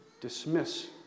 dismiss